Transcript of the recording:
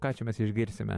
ką čia mes išgirsime